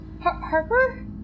Harper